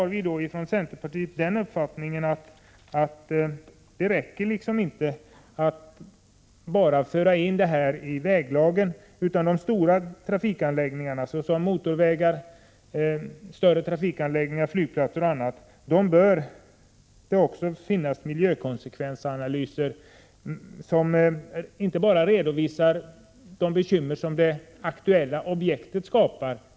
Vi från centerpartiet har den uppfattningen att det inte räcker att bara föra in denna förändring i väglagen. För de stora trafikanläggningarna — motorvägar, flygplatser osv. — bör det också finnas miljökonsekvensanalyser, som inte bara redovisar de bekymmer som det aktuella objektet skapar.